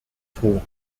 vor